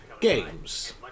games